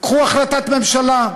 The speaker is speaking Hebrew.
קחו החלטת ממשלה,